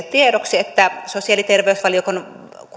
tiedoksi sosiaali ja terveysvaliokunnan